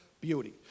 beauty